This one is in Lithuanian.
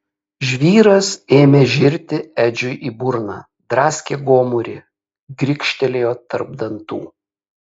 žvyras ėmė žirti edžiui į burną draskė gomurį grikštelėjo tarp dantų